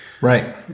Right